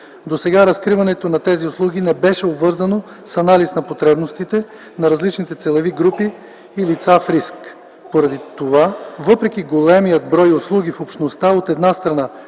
Досега разкриването на социалните услуги не беше обвързано с анализ на потребностите на различните целеви групи и лица в риск. Поради това, въпреки големия брой услуги в общността, от една страна,